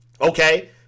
Okay